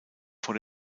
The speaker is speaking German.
vor